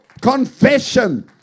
confession